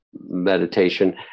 meditation